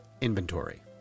inventory